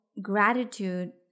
gratitude